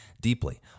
deeply